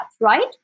Right